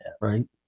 Right